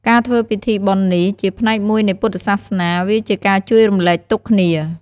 ការធ្វើពិធីបុណ្យនេះ ជាផ្នែកមួយនៃពុទ្ឋសាសនា វាជាការជួយរំលែកទុក្ខគ្នា។